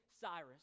Cyrus